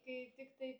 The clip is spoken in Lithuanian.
kai tiktai